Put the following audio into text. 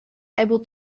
able